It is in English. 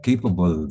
Capable